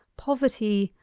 poverty,